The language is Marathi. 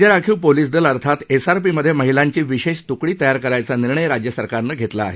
राज्य राखीव पोलिस दल अर्थात एसआरपीमध्ये महिलांची विशेष त्कडी तयार करण्याचा निर्णय राज्य सरकारनं घेतला आहे